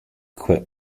quit